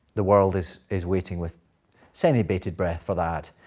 the world is is waiting with semi-bated breath for that.